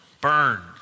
burned